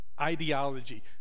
ideology